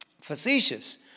facetious